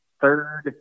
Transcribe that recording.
third